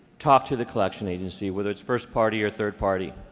talk to the collection agency, whether it's first party or third party.